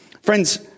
Friends